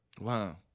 Wow